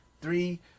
Three